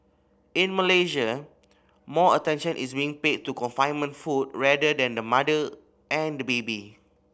in Malaysia more attention is being paid to confinement food rather than the mother and baby